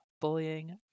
bullying